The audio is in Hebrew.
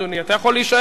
אתה יכול להישאר פה,